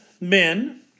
men